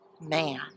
man